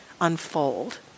unfold